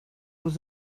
was